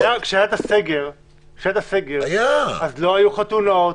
-- כשהיה הסגר אז לא היו חתונות.